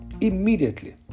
immediately